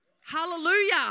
Hallelujah